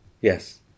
Yes